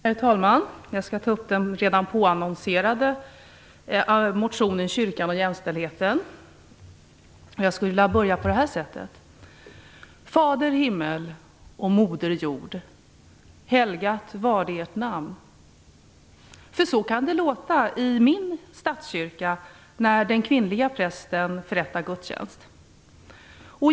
Herr talman! Jag skall ta upp den redan påannonserade motionen om kyrkan och jämställdheten. Jag skulle vilja börja på det här sättet: "Fader himmel och moder jord, helgat varde ert namn." Ja, så kan det låta i min statskyrka när den kvinnliga prästen förrättar gudstjänst.